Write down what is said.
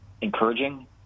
encouraging